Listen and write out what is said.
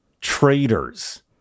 traitors